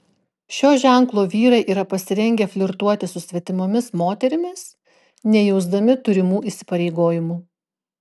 šio ženklo vyrai yra pasirengę flirtuoti su svetimomis moterimis nejausdami turimų įsipareigojimų